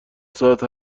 ساعت